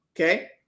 okay